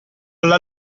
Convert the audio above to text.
alla